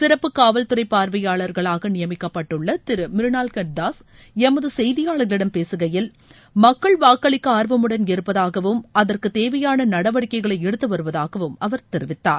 சிறப்புக் காவல்துறை பார்வையாளராக நியமிக்கப்பட்டுள்ள திரு மிருனால்கள்ட் தாஸ் எமது செய்தியாளர்களிடம் பேசுகையில் மக்கள் வாக்களிக்க ஆர்வமுடன் இருப்பதாகவும் அதற்கு தேவையான நடவடிக்கைகளை எடுத்துவருவதாகவும் அவர் தெரிவித்தார்